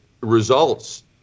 results